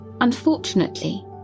Unfortunately